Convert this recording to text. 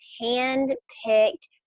hand-picked